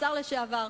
השר לשעבר,